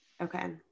Okay